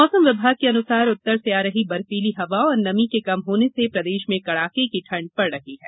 मौसम विभाग के अनुसार उत्तर से आ रही बर्फीली हवा और नमी के कम होने से प्रदेश में कड़ाके की ठंड पड़ रही है